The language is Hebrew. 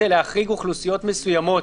להחריג מהצורך בבדיקה אוכלוסיות מסוימות,